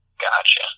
Gotcha